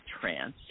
trance